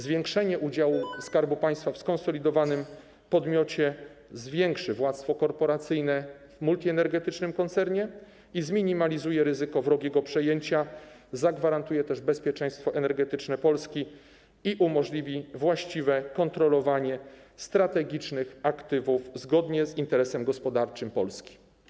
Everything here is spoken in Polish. Zwiększenie udziału Skarbu Państwa w skonsolidowanym podmiocie zwiększy władztwo korporacyjne w multienergetycznym koncernie i zminimalizuje ryzyko wrogiego przejęcia, zagwarantuje też bezpieczeństwo energetyczne Polski i umożliwi właściwe kontrolowanie strategicznych aktywów zgodnie z interesem gospodarczym Polski.